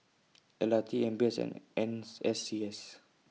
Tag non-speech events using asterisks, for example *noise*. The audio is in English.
L R T M B S and N *noise* S C S